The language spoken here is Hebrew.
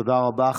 תודה רבה.